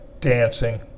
dancing